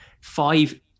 five